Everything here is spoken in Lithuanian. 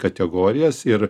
kategorijas ir